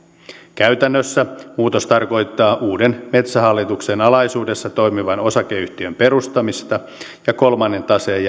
käytännössä muutos tarkoittaa uuden metsähallituksen alaisuudessa toimivan osakeyhtiön perustamista ja kolmannen taseen